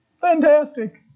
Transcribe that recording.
Fantastic